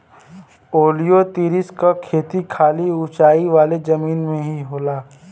ओलियोतिरिस क खेती खाली ऊंचाई वाले जमीन में ही होला